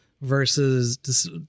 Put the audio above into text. Versus